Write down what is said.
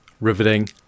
riveting